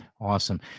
Awesome